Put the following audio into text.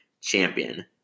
champion